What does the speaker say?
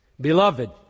Beloved